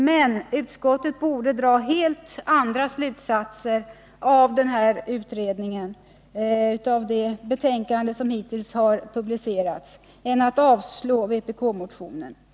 Men utskottet borde dra helt andra slutsatser av denna utrednings hittills publicerade betänkande än att avstyrka vpk-motionen.